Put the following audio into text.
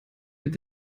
mit